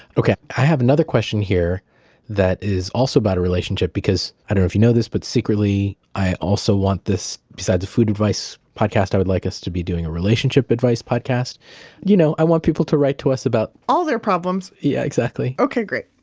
okay. i have another question here that is also about a relationship because i don't know if you know this, but secretly, i also want this, besides a food advice podcast, i would like us to be doing a relationship advice podcast you know, i just want people to write to us about all their problems yeah, exactly okay, great!